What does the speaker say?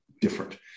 different